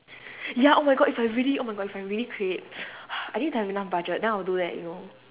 ya oh my god if I really oh my god if I really create I need to have enough budget then I'll do that you know